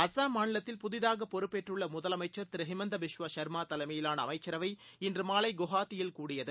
அஸ்ஸாம் மாநிலத்தில் புதிதாகபொறுப்பேற்றுள்ளமுதலமைச்சர் திருஹிமந்தாபிஸ்வாசர்மாதலைமையிலானஅமைச்சரவை இன்றுமாலைகுவஹாத்தியில் கூடுகிறது